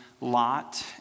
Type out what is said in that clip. Lot